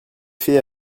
fait